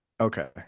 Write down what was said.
Okay